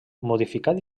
modificat